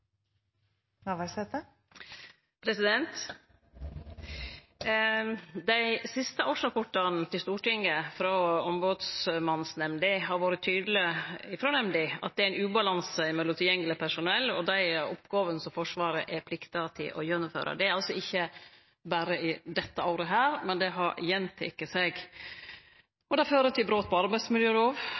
ein ubalanse mellom tilgjengeleg personell og dei oppgåvene som Forsvaret er plikta til å gjennomføre. Det gjeld altså ikkje berre dette året, men det har gjenteke seg. Det fører til brot på